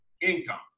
income